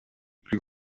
plus